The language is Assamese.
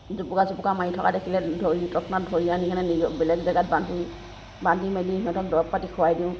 জুপুকা চুপুকা মাৰি থকা দেখিলে ধৰি তৎক্ষণাত ধৰি আনি কিনে নিজৰ বেলেগ জেগাত বান্ধোঁহি বান্ধি মেলি সিহঁতক দৰৱ পাতি খুৱাই দিওঁ